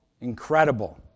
Incredible